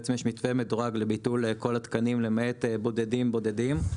בעצם יש מתווה מדורג לביטול כל התקנים למעט בודדים בודדים.